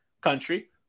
country